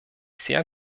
sehr